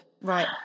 Right